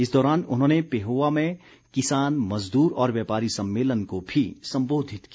इस दौरान उन्होंने पेहोवा में किसान मजदूर और व्यापारी सम्मेलन को भी संबोधित किया